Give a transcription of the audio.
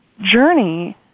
journey